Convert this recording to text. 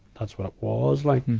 that's what it was like.